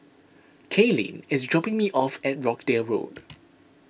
Kaylene is dropping me off at Rochdale Road